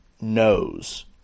knows